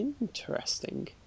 Interesting